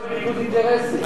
בניגוד אינטרסים.